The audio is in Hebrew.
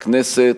הכנסת,